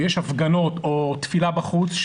ויש הפגנות או תפילה בחוץ,